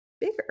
bigger